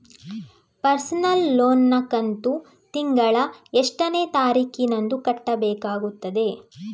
Personal loan ನ ಕಂತು ತಿಂಗಳ ಎಷ್ಟೇ ತಾರೀಕಿನಂದು ಕಟ್ಟಬೇಕಾಗುತ್ತದೆ?